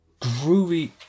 groovy